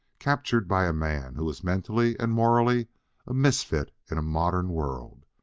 captured by a man who was mentally and morally a misfit in a modern world.